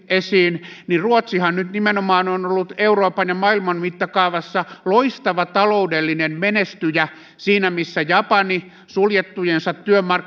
esiin niin ruotsihan nyt nimenomaan on ollut euroopan ja maailman mittakaavassa loistava taloudellinen menestyjä siinä missä japani